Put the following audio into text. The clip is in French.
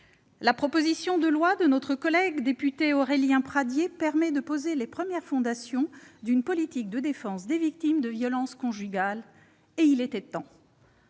la proposition de loi de notre collègue député Aurélien Pradié permet de poser les premières fondations d'une politique de défense des victimes de violences conjugales. Il était temps